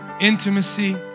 intimacy